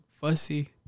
fussy